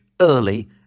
early